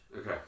Okay